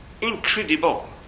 incredible